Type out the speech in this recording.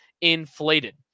inflated